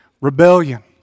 rebellion